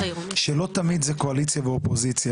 שלא תמיד זה קואליציה ואופוזיציה,